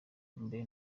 mbere